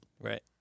Right